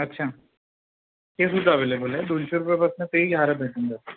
अच्छा तेसुद्धा अवेलेबल आहे दोनशे रुपयापासनं तेही हार भेटून जातील